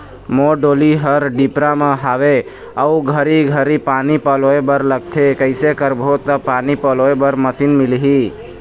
मोर डोली हर डिपरा म हावे अऊ घरी घरी पानी पलोए बर लगथे कैसे करबो त पानी पलोए बर मशीन मिलही?